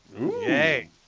Yay